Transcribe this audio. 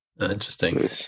Interesting